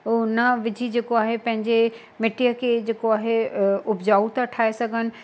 न विझी जेको आहे पंहिंजे मिट्टीअ खे जेको आहे उपजाऊं था ठाहे सघनि